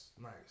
nice